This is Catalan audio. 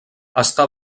està